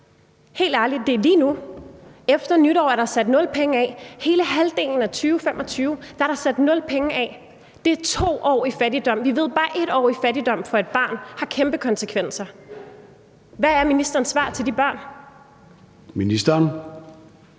Helt ærligt, det er lige nu, vi taler om. Efter nytår er der sat 0 kr. af. Hele den første halvdel af 2025 er der sat 0 kr. af. Det er 2 år i fattigdom. Vi ved, at bare 1 år i fattigdom for et barn har kæmpe konsekvenser. Hvad er ministerens svar til de børn? Kl.